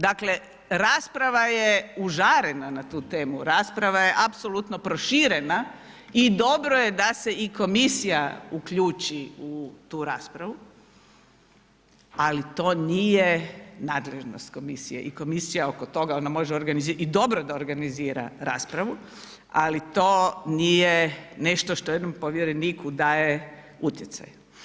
Dakle, rasprava je užarena na tu temu, rasprava je apsolutno proširena i dobro je da se i Komisija uključi u tu raspravu, ali to nije nadležnost Komisije i Komisija oko toga ona može organizirati i dobro da organizira raspravu, ali to nije nešto što jednom povjereniku daje utjecaj.